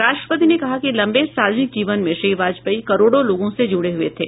राष्ट्रपति ने कहा कि लम्बे सार्वजनिक जीवन में श्री वाजपेयी करोड़ों लोगों से जुड़े हुए थे